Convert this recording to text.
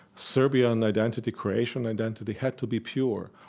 serbian identity, croatian identity had to be pure.